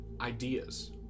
ideas